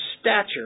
stature